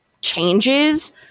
changes